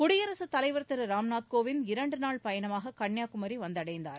குடியரசுத் தலைவர் திரு ராம்நாத் கோவிந்த் இரண்டுநாள் பயணமாக கன்னியாகுமரி வந்தடைந்தார்